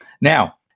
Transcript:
Now